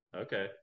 Okay